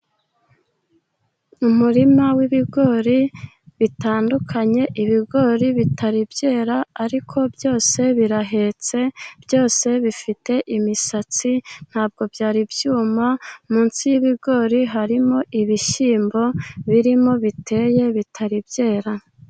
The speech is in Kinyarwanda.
Umurima w'ibigori bitandukanye, ibigori bitari byera, ariko byose birahetse, byose bifite imisatsi, ntabwo byari byuma, munsi y'ibigori harimo ibishyimbo birimo biteye bitari byera.